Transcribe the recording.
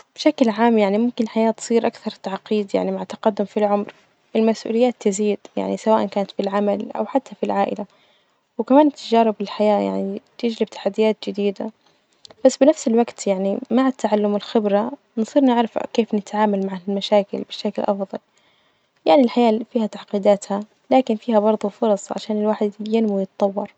بشكل عام يعني ممكن الحياة تصير أكثر تعقيد يعني مع التقدم في العمر المسؤوليات تزيد، يعني سواء كانت بالعمل أو حتى في العائلة، وكمان تجارب الحياة يعني تجربة تحديات جديدة، بس بنفس الوجت يعني مع التعلم والخبرة نصير نعرف كيف نتعامل مع المشاكل بشكل أفضل، يعني الحياة اللي فيها تعقيداتها لكن فيها برضو فرص عشان الواحد ينمو ويتطور.